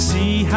See